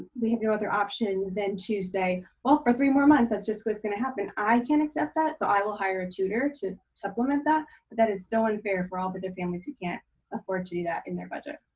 we have no other option than to say, well, for three more months, that's just what's gonna happen. i can't accept that, so i will hire a tutor to supplement that, but that is so unfair for all the other families who can't afford to do that in their budget.